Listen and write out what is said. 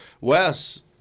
Wes